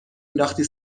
نداختی